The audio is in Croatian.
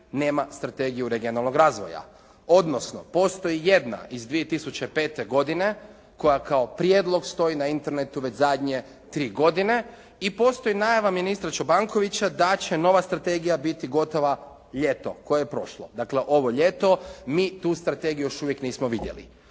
nema strategiju regionalnog razvoja odnosno postoji jedna iz 2005. godine koja kao prijedlog stoji na itnernetu već zadnje tri godine i postoji najava ministra Čobankovića da će nova strategija biti gotova ljeto, koje je prošlo. Dakle ovo ljeto, mi tu strategiju još uvijek nismo vidjeli.